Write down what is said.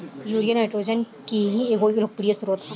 urea nitrogen के ही एगो लोकप्रिय स्रोत ह